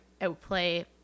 outplay